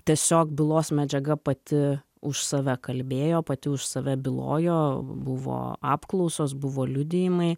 tiesiog bylos medžiaga pati už save kalbėjo pati už save bylojo buvo apklausos buvo liudijimai